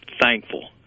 thankful